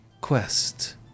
quest